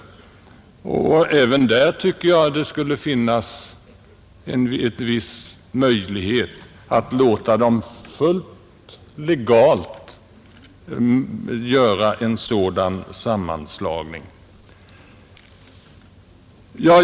Även där tycker jag att det skulle finnas en viss möjlighet att låta dem fullt legalt göra en sådan sammanslagning.